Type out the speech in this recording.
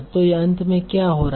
तो यह अंत में क्या हो रहा है